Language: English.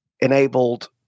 enabled